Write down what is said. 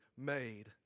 made